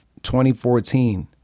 2014